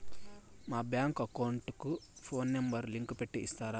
మా bank account కు phone number link పెట్టి ఇస్తారా?